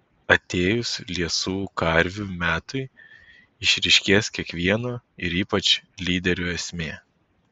atėjus liesų karvių metui išryškės kiekvieno ir ypač lyderių esmė